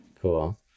Cool